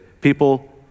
people